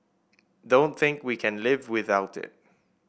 don't think we can live without it